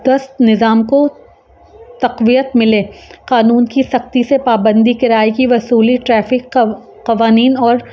دست نظام کو تقویت ملے قانون کی سختی سے پابندی کراائے کی وصولی ٹریفک قوانین اور